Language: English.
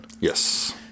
yes